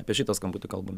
apie šitą skambutį kalbame